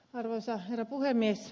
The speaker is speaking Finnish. arvoisa herra puhemies